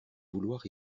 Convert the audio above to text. vouloir